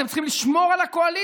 אתם צריכים לשמור על הקואליציה,